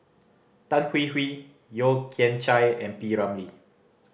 Tan Hwee Hwee Yeo Kian Chai and P Ramlee